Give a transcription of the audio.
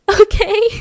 okay